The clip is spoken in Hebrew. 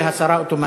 זו הסרה אוטומטית.